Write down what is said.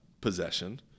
possession